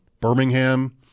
Birmingham